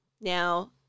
Now